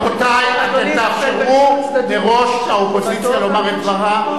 רבותי, אתם תאפשרו לראש האופוזיציה לומר את דברה.